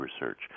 research